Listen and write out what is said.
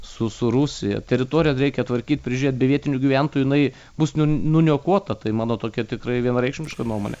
su su rusija teritoriją reikia tvarkyt prižiūrėt be vietinių gyventojų jinai bus nuniokota tai mano tokia tikrai vienareikšmiška nuomonė